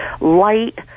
light